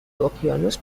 اقیانوس